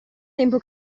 tempo